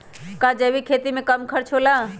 का जैविक खेती में कम खर्च होला?